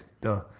Duh